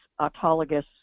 autologous